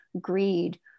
greed